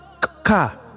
car